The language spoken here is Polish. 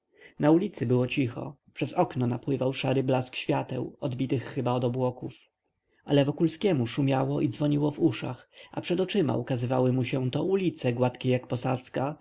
na ulicy było cicho przez okno napływał szary blask świateł odbitych chyba od obłoków ale wokulskiemu szumiało i dzwoniło w uszach a przed oczyma ukazywały mu się to ulice gładkie jak posadzka